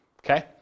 Okay